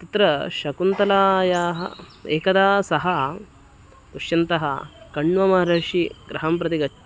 तत्र शकुन्तलायाः एकदा सः दुष्यन्तः कण्वमहर्षिगृहं प्रति गच्